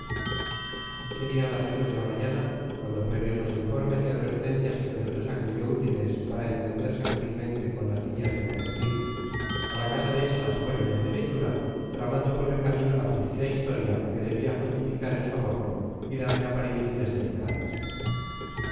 serían las ocho de la mañana cuando previos los informes y advertencias que pertusa creyó útiles para entenderse fácilmente con las niñas de morentín a la casa de estas fueron en derechura tramando por el camino la fingida historia que debía justificar el soborno y darle apariencias delicadas